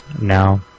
No